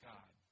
God